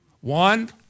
One